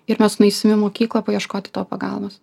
ir mes nueisim į mokyklą paieškoti tau pagalbos